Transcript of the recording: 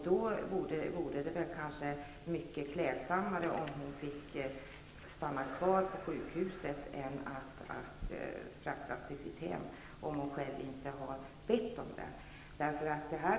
Då vore det kanske mycket klädsammare om hon fick stanna kvar på sjukhuset i stället för att fraktas till sitt hem, om hon själv inte har bett om det.